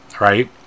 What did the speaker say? right